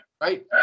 right